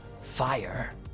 Fire